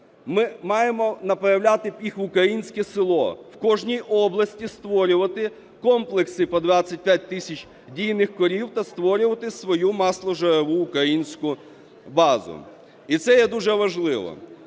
ми маємо направляти їх в українське село, в кожній області створювати комплекси по 25 тисяч дійних корів та створювати свою масложирову українську базу. І це є дуже важливо.